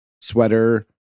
sweater